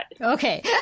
Okay